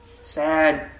sad